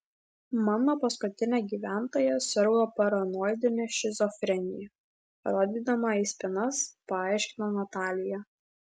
mano paskutinė gyventoja sirgo paranoidine šizofrenija rodydama į spynas paaiškino natalija